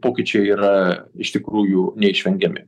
pokyčiai yra iš tikrųjų neišvengiami